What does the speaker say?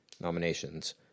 nominations